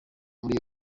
muri